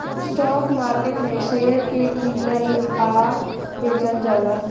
stock market में share के कीनल आ बेचल जाला